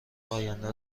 آینده